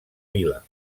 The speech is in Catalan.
vila